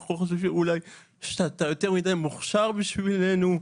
אנחנו חושבים שאולי אתה יותר מידי מוכשר בשבילנו.